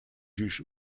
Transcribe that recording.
juge